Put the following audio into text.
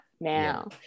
now